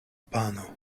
pano